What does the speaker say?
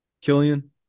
Killian